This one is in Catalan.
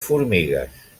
formigues